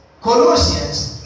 Colossians